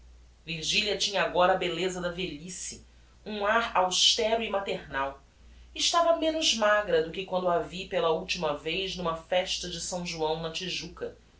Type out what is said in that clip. virgilia tinha agora a belleza da velhice um ar austero e maternal estava menos magra do que quando a vi pela ultima vez n'uma festa de s joão na tijuca